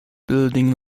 building